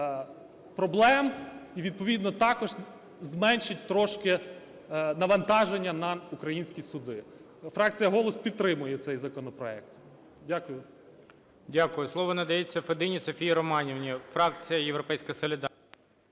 проблем і відповідно також зменшить трошки навантаження на українські суди. Фракція "Голос" підтримує цей законопроект. Дякую. ГОЛОВУЮЧИЙ. Дякую. Слово надається Федині Софії Романівні, фракція "Європейська солідарність".